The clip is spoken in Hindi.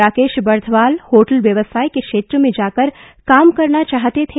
राकेश बर्ध्वाल होटल व्यवसाय के क्षेत्र में जाकर काम करना चाहते थे